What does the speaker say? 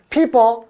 People